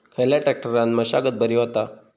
खयल्या ट्रॅक्टरान मशागत बरी होता?